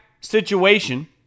situation